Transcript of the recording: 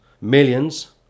millions